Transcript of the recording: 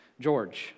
George